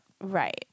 Right